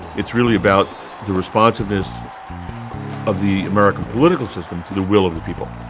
it's really about the responsiveness of the american political system to the will of the people.